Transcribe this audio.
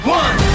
one